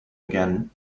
again